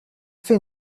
fait